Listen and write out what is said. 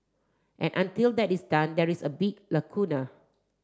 and until that is done there is a big lacuna